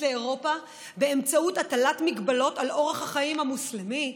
לאירופה באמצעות הטלת הגבלות על אורח החיים המוסלמי,